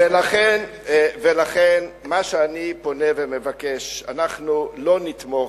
ולכן, מה שאני פונה ומבקש, אנחנו לא נתמוך.